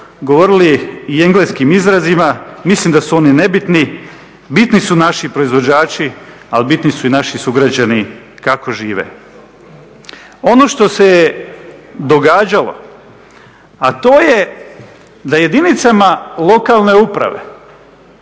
govorili i engleskim izrazima, mislim da su oni nebitni, bitni su naši proizvođači, ali bitni su i naši sugrađani kako žive. Ono što se događalo, a to da jedinice lokalne uprave,